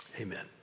Amen